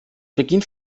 beginnt